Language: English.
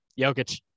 Jokic